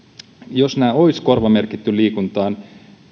jos nämä olisi korvamerkitty liikuntaan